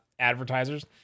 advertisers